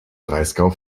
breisgau